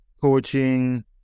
coaching